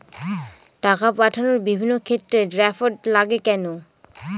টাকা পাঠানোর বিভিন্ন ক্ষেত্রে ড্রাফট লাগে কেন?